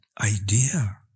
idea